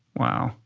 wow.